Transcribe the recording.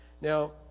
Now